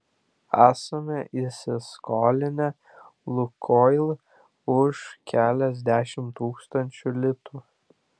esame įsiskolinę lukoil už keliasdešimt tūkstančių litų